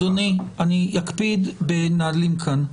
אדוני, אני אקפיד בנהלים כאן.